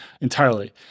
entirely